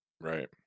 right